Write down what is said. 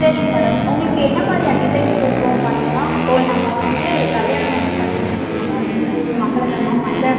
சரிங்க மேடம் உங்களுக்கு என்ன மாதிரியான டிசைன்ஸ் இருக்கும் பார்த்தீங்கன்னா இப்போது நம்ம வந்து கல்யாணம் வந்து பார்த்தீங்கன்னா இந்த காலத்தில் மங்களகரமாக மஞ்ச